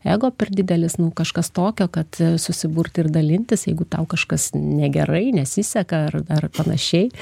ego per didelis nu kažkas tokio kad e susiburti ir dalintis jeigu tau kažkas negerai nesiseka ar ar panašiai